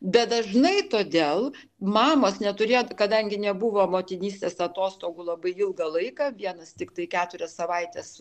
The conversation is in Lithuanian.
bet dažnai todėl mamos neturė kadangi nebuvo motinystės atostogų labai ilgą laiką vienas tiktai keturias savaites